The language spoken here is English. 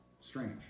Strange